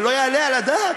זה לא יעלה על הדעת.